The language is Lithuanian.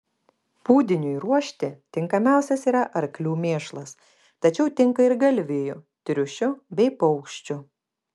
pūdiniui ruošti tinkamiausias yra arklių mėšlas tačiau tinka ir galvijų triušių bei paukščių